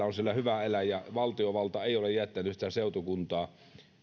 on siellä hyvä elää eikä valtiovalta ole jättänyt sitä seutukuntaa